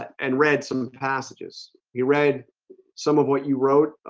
and read some passages he read some of what you wrote